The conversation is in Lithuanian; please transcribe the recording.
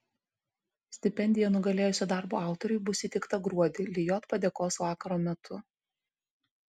stipendija nugalėjusio darbo autoriui bus įteikta gruodį lijot padėkos vakaro metu